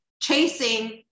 chasing